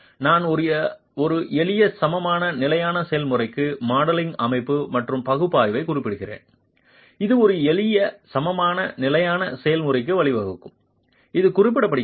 நான் ஒரு எளிய சமமான நிலையான செயல்முறைக்கு மாடலிங்அமைப்பு மற்றும் பகுப்பாய்வைக் குறிப்பிடுகிறேன் இது ஒரு எளிய சமமான நிலையான செயல்முறைக்கு வழிவகுக்கும் இது குறிப்பிடப்படுகிறது